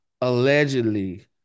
Allegedly